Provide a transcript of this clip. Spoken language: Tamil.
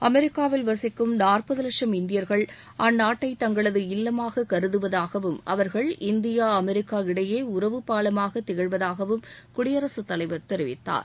அமெரிக்காவில் வசிக்கும் நாற்பது வட்சம் இந்தியர்கள் அந்நாட்டை தங்களது இல்லமாக கருதுவதாகவும் அவர்கள் இந்தியா அமெரிக்கா இடையே உறவு பாலமாக திகழ்வதாகவும் குடியரசுத் தலைவர் தெரிவித்தார்